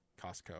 Costco